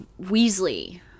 Weasley